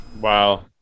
wow